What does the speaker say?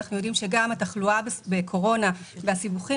אנחנו יודעים שגם התחלואה בקורונה והסיבוכים